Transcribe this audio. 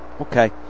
Okay